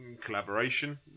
collaboration